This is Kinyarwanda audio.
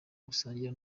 gusangira